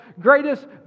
greatest